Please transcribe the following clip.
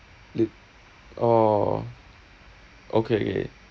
orh okay